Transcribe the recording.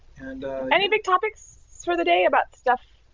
and any big topics for the day, about stuff